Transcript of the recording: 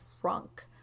drunk